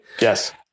Yes